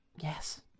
Yes